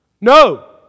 No